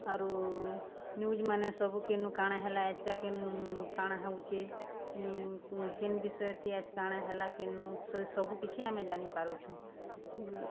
ଆରୁ ନ୍ୟୁଜ୍ମାନେ ସବୁ କେନୁ କାଣା ହେଲା ଆଏଜ୍କା କେନ୍ କାଣା ହଉଚେ କେନ୍ ବିଷୟ ତି ଆଏଜ୍ କାଣା ହେଲା କେନୁ ସବୁ କିଛି ଆମେ ଜାନିପାରୁଛୁଁ